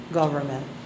government